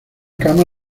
cama